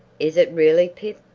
is it really, pip?